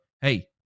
hey